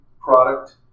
product